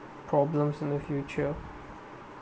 problems in the future